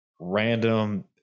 random